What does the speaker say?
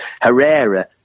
Herrera